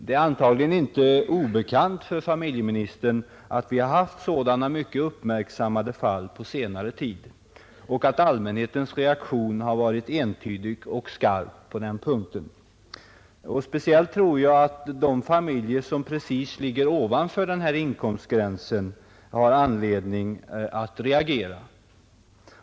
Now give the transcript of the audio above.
Det är antagligen inte obekant för familjeministern att vi har haft sådana mycket uppmärksammade fall på senare tid och att allmänhetens reaktion har varit entydig och skarp på den punkten. Jag tror att speciellt de familjer som ligger precis ovanför den aktuella inkomstgränsen har anledning att reagera.